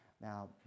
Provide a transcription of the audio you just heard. now